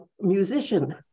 musician